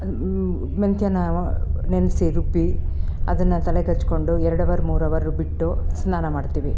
ಮೆಂತ್ಯನ ನೆನೆಸಿ ರುಬ್ಬಿ ಅದನ್ನು ತಲೆಗೆ ಹಚ್ಚಿಕೊಂಡು ಎರಡು ಅವರ್ ಮೂರು ಅವರ್ರು ಬಿಟ್ಟು ಸ್ನಾನ ಮಾಡ್ತಿವಿ